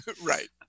Right